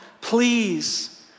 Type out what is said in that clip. please